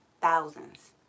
thousands